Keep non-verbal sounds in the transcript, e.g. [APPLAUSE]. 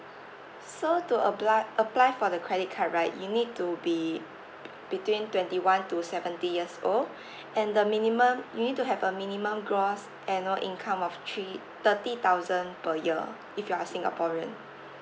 so to apply apply for the credit card right you need to be between twenty one to seventy years old [BREATH] and the minimum you need to have a minimum gross annual income of three thirty thousand per year if you're singaporean